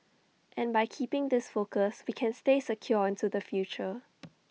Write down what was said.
and by keeping this focus we can stay secure into the future